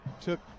took